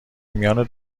میان